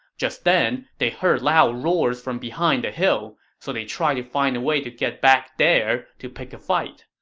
just then, they heard loud roars from behind the hill, so they tried to find a way to get back there to pick a fight,